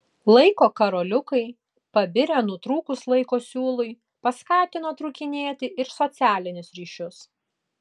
laiko karoliukai pabirę nutrūkus laiko siūlui paskatino trūkinėti ir socialinius ryšius